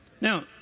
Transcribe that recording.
Now